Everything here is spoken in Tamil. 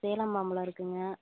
சேலம் மாம்பழம் இருக்குங்க